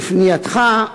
בפנייתך,